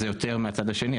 זה יותר מהצד השני,